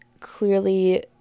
clearly